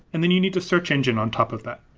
and then you need to search engine on top of that,